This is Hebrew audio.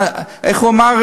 איך הוא אמר,